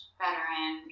veteran